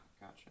gotcha